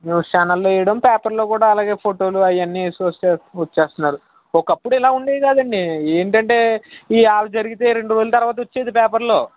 news చానల్లో వెయ్యడం పేపర్లో కూడా అలాగే ఫోటోలు అవన్నీ వేసేసి వచ్చేస్తున్నారు ఒకప్పుడు ఇలా ఉండేవి కాదండీ ఏంటంటే ఇవాళ్ళ జరిగితే రెండు రోజులు తర్వాత వచ్చేది పేపర్లో